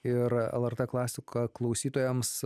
ir lrt klasika klausytojams